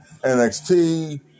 NXT